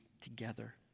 together